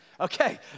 Okay